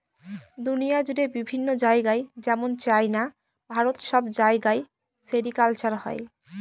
দুনিয়া জুড়ে বিভিন্ন জায়গায় যেমন চাইনা, ভারত সব জায়গায় সেরিকালচার হয়